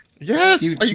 Yes